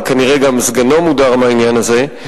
וכנראה גם סגנו מודר מהעניין הזה.